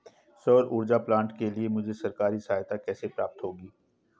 सौर ऊर्जा प्लांट के लिए मुझे सरकारी सहायता कैसे प्राप्त होगी?